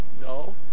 No